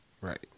Right